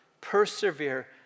persevere